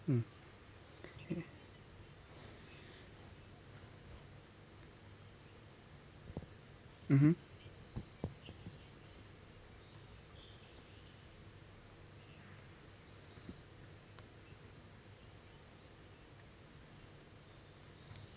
mm mmhmm